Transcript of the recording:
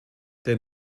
der